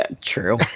true